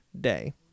Day